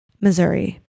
Missouri